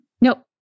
Nope